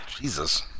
Jesus